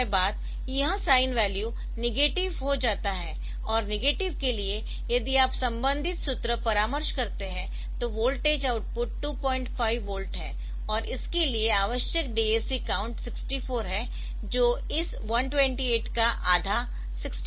कुछ समय बाद यह साइन वैल्यू नेगेटिव हो जाता है और नेगेटिव के लिए यदि आप संबंधित सूत्र परामर्श करते है तो वोल्टेज आउटपुट 25 वोल्ट है और इसके लिए आवश्यक DAC काउंट 64 है जो इस 128 का आधा 64 है